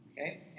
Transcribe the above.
okay